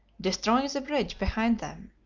destroying the bridge behind them.